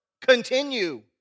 continue